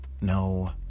no